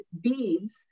beads